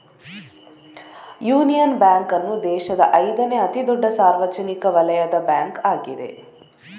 union Bank ಅನ್ನು ದೇಶದ ಐದನೇ ಅತಿ ದೊಡ್ಡ ಸಾರ್ವಜನಿಕ ವಲಯದ ಬ್ಯಾಂಕ್ ಆಗಿದೆ